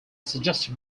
suggested